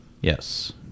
Yes